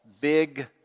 Big